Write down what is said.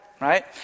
Right